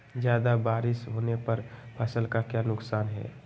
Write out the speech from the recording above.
ज्यादा बारिस होने पर फसल का क्या नुकसान है?